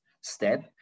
step